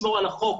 לנוער,